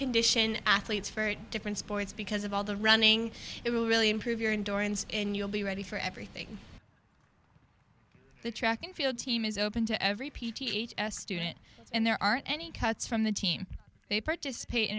condition athletes for different sports because of all the running it will really improve your indoor and in you'll be ready for everything the track and field team is open to every student and there aren't any cuts from the team they participate in